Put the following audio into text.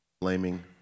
blaming